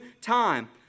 time